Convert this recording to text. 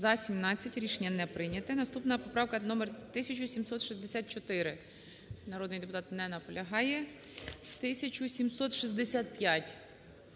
За-17 Рішення не прийнято. Наступна поправка - номер 1764. Народний депутат не наполягає. 1765.